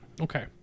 Okay